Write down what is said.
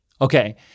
Okay